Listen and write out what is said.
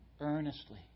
earnestly